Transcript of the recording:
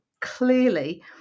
clearly